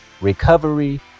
recovery